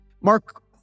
Mark